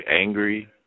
angry